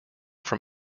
from